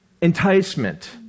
enticement